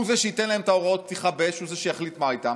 הוא זה שייתן להם את הוראות הפתיחה באש והוא זה שיחליט מה איתם.